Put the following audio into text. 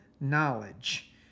knowledge